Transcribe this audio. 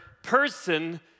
person